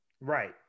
Right